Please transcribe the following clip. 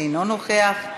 אינו נוכח,